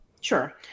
sure